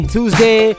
Tuesday